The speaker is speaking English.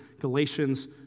Galatians